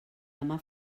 demà